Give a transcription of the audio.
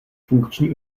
funkční